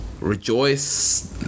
Rejoice